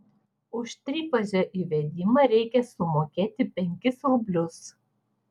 už trifazio įvedimą reikia sumokėti penkis rublius